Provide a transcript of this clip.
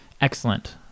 excellent